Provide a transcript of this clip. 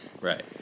Right